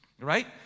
Right